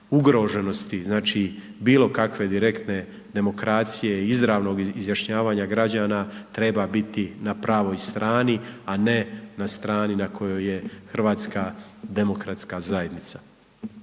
ugroženosti, znači bilo kakve direktne demokracije, izravnog izjašnjavanja građana treba biti na pravoj strani, a ne na strani na kojoj je HDZ. Mislim da sam iznio